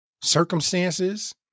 circumstances